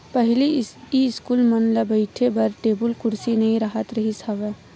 पहिली इस्कूल मन म बइठे बर टेबुल कुरसी नइ राहत रिहिस हवय